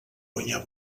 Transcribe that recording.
guanyar